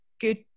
good